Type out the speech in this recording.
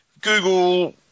Google